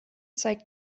zeigt